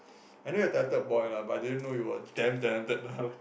I know you are talented boy lah but I didn't know you were damn talented lah